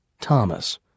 Thomas